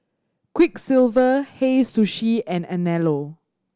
Quiksilver Hei Sushi and Anello